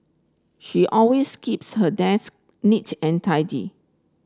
she always keeps her desk neat and tidy